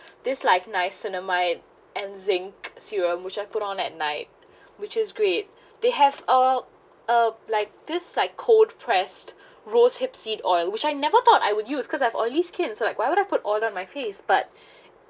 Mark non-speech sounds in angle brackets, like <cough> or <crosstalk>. this like niacinamide and zinc serum which I put on at night <breath> which is great <breath> they have uh uh like this like cold pressed <breath> rose hip seed oil which I never thought I would use cause I have oily skin so like why would I put on my face but <breath>